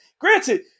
Granted